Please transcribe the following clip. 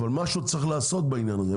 אבל משהו צריך לעשות בעניין הזה,